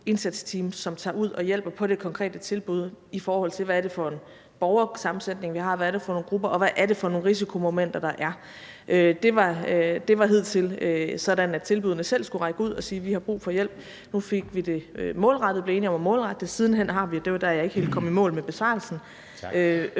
som tager ud og hjælper på det konkrete tilbud, i forhold til hvad det er for en borgersammensætning, vi har, hvad det er for nogle grupper, og hvad det er for nogle risikomomenter, der er. Det var hidtil sådan, at tilbuddene selv skulle række ud og sige, at de havde brug for hjælp. Nu blev vi enige om at målrette det, og siden hen har vi – her kom jeg ikke helt i mål med besvarelsen –